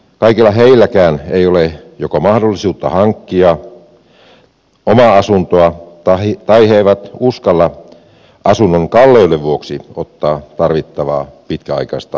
kaikilla näilläkään työntekijöillä ei ole joko mahdollisuutta hankkia omaa asuntoa tai he eivät uskalla asunnon kalleuden vuoksi ottaa tarvittavaa pitkäaikaista velkaa